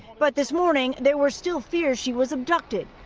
but this morning, there were still fears she was abducted.